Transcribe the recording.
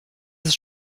ist